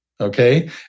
Okay